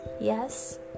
Yes